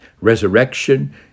resurrection